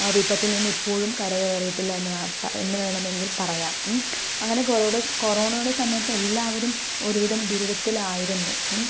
വിപത്തിൽ നിന്നും ഇപ്പോഴും കര കേറിയിട്ടില്ല എന്ന് വേണം പറയാൻ എന്ന് വേണമെങ്കിൽ പറയാം അങ്ങനെ കൊറേട് കൊറോണയുടെ സമയത്ത് എല്ലാവരും ഒരുവിധം ദുരിതത്തിലായിരുന്നു